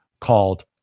called